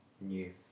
New